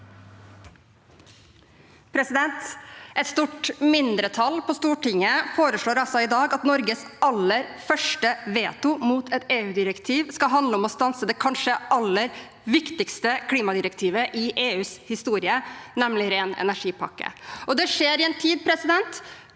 Et stort mindre- tall på Stortinget foreslår i dag at Norges aller første veto mot et EU-direktiv skal handle om å stanse det kanskje aller viktigste klimadirektivet i EUs historie, nemlig ren energi-pakken. Det skjer i en tid hvor